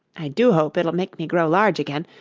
i do hope it'll make me grow large again,